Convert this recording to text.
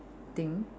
~ting